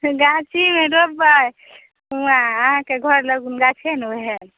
गाछीमे रोपबै हूआँ अहाँकेँ घर लगुन गाछी हइ ने ओहएमे